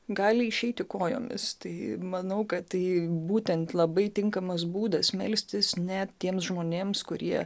gali išeiti kojomis tai manau kad tai būtent labai tinkamas būdas melstis net tiems žmonėms kurie